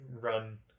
run